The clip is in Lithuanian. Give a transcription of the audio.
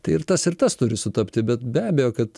tai ir tas ir tas turi sutapti bet be abejo kad